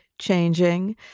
changing